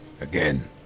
again